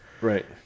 Right